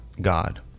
God